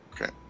okay